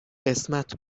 قسمت